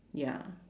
ya